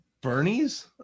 Bernie's